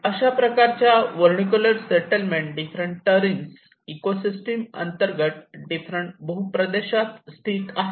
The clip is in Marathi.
अशा प्रकारच्या वर्णकलर सेटलमेंट डिफरंट टर्रीन्स इकोसिस्टम अंतर्गत डिफरंट भूप्रदेशात स्थित आहेत